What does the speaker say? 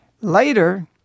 Later